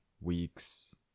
weeks